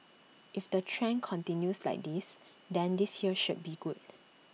if the trend continues like this then this year should be good